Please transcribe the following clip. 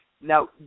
Now